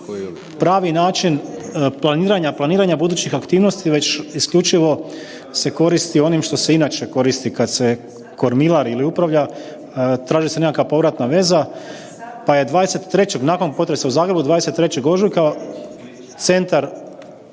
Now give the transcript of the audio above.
planiranja, planiranja budućih aktivnosti, već isključivo se koristi onim što se inače koristi kad se kormilari ili upravlja, traži se nekakva povratna veza pa je 23. nakon potresa u Zagrebu, 23. ožujka centar